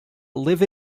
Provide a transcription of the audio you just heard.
live